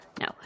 No